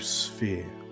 sphere